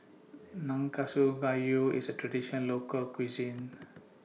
Nanakusa Gayu IS A Traditional Local Cuisine